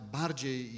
bardziej